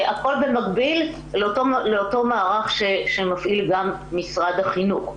הכול במקביל לאותו מערך שמפעיל גם משרד החינוך,